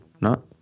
No